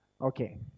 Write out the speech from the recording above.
Okay